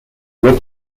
یکم